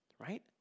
right